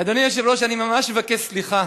אדוני היושב-ראש, אני ממש מבקש סליחה,